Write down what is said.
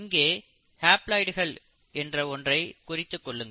இங்கே ஹேப்லாய்டுகள் என்ற ஒன்றை குறித்துக்கொள்ளுங்கள்